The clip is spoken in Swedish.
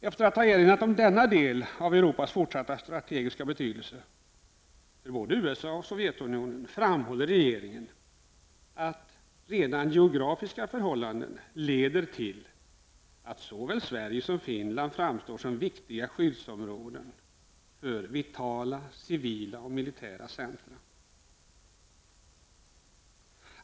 Efter att ha erinrat om denna del av Europas fortsatta strategiska betydelse för både USA och Sovjetunionen framhåller regeringen att redan geografiska förhållanden leder till att såväl Sverige som Finland framstår som viktiga skyddsområden för vitala civila och militära centra.